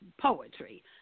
poetry